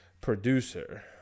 producer